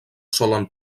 solen